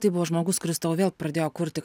tai buvo žmogus kuris tau vėl pradėjo kurti